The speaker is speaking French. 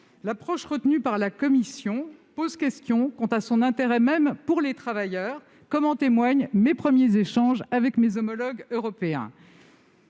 L'approche retenue par la Commission européenne pose question quant à son intérêt même pour les travailleurs, comme en témoignent mes premiers échanges avec mes homologues européens.